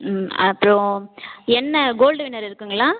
ம் அப்புறம் எண்ணெய் கோல்டு வின்னர் இருக்குதுங்களா